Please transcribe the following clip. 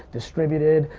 distributed,